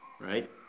right